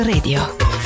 Radio